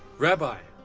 rabbi.